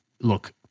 Look